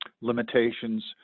limitations